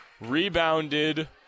Rebounded